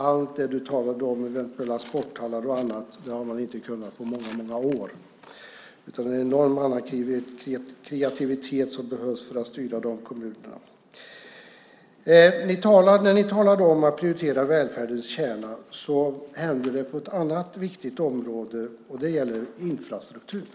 Allt det du talade om när det gäller eventuella sporthallar och annat har man inte kunnat göra på många år, utan det är en enorm kreativitet som behövs för att styra i de kommunerna. När ni talar om att prioritera välfärdens kärna händer det något på ett annat viktigt område. Det gäller infrastruktur.